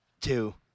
Two